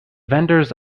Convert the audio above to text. vendors